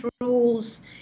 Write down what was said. rules